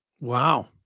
Wow